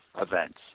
events